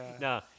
No